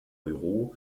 büro